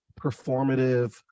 performative